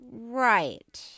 Right